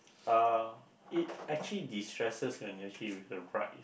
uh it actually destresses when you actually with the right